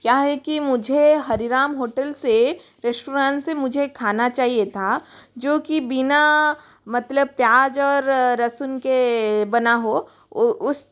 क्या है कि मुझे हरिराम होटल से रेस्ट्रॉन से मुझे खाना चाहिए था जो कि बिना मतलब प्याज और लहसुन के बना हो उस